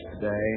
today